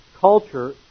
Culture